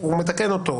הוא מתקן אותו.